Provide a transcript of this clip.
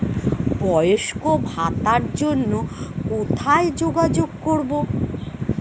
বয়স্ক ভাতার জন্য কোথায় যোগাযোগ করব?